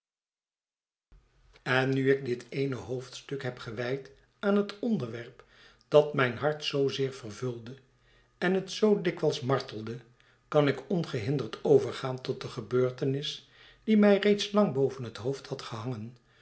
en nu ik dit eene hoofdstuk heb gewijd aan het onderwerp dat mijn hart zoozeer vervulde en het zoo dikwijls martelde kan ik ongehinderd overgaan tot de gebeurtenis die mij reeds lang boven het hoofd had gehangen